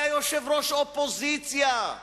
היה יושב-ראש אופוזיציה.